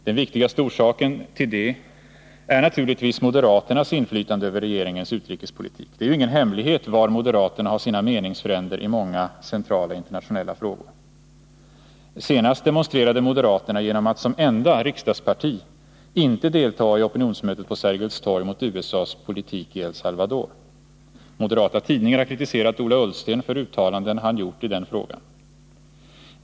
Den viktigaste orsaken till det är naturligtvis moderaternas inflytande över regeringens utrikespolitik. Det är ju ingen hemlighet var moderaterna har sina meningsfränder i många centrala internationella frågor. Senast demonstrerade moderaterna genom att som enda riksdagsparti inte delta i opinionsmötet på Sergels torg mot USA:s politik i E1 Salvador. Moderata tidningar har kritiserat Ola Ullsten för uttalanden han gjort i den frågan.